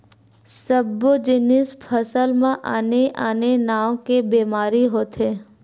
सब्बो जिनिस फसल म आने आने नाव के बेमारी होथे